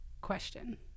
question